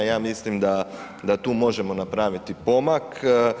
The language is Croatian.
Ja mislim da tu možemo napraviti pomak.